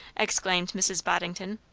exclaimed mrs. boddington.